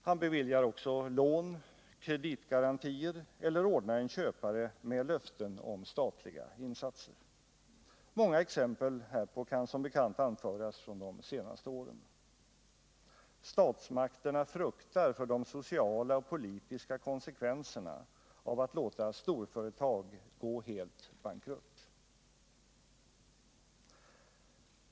Han beviljar också lån och kreditgarantier eller ordnar en köpare med löften om statliga insatser. Många exempel härpå kan som bekant anföras från de senaste åren. Statsmakterna fruktar för de sociala och politiska konsekvenserna av att låta storföretag gå helt bankrutt.